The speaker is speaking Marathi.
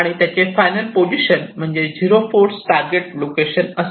आणि त्याचे फायनल पोजीशन म्हणजे 0 फोर्स टारगेट लोकेशन असेल